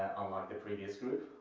unlike the previous group,